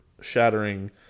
shattering